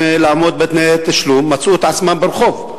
לעמוד בתנאי התשלום מצאו את עצמן ברחוב.